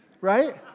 Right